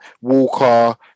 Walker